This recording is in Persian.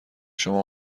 شما